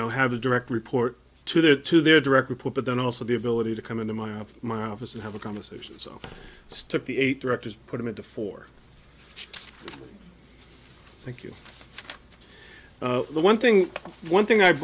know have a direct report to their to their direct report but then also the ability to come into my office my office and have a conversation so stop the eight directors put them into four thank you the one thing one thing i